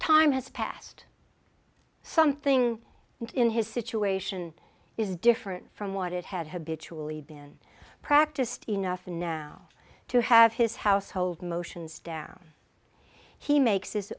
time has passed something in his situation is different from what it had habitually been practiced enough and now to have his household motions down he makes his